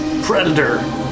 predator